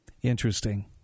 Interesting